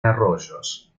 arroyos